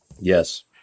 Yes